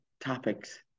topics